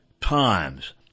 times